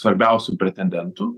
svarbiausių pretendentų